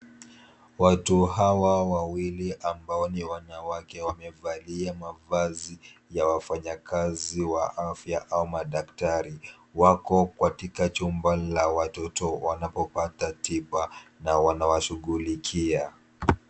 Watu hawa wawili ambao ni wanawake wamevalia mavazi ya wafanyikazi wa afya au madaktari, wako katika chumba la watoto, wanapopata tiba na wanawashughulikia.